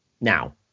now